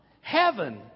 Heaven